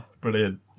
Brilliant